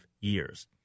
years